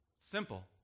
Simple